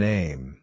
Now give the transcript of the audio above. Name